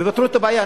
ופתרו את הבעיה.